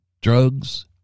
drugs